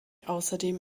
außerdem